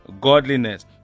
godliness